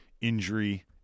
injury